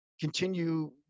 continue